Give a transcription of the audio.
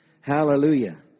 Hallelujah